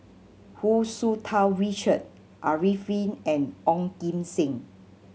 Hu Tsu Tau Richard Arifin and Ong Kim Seng